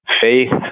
faith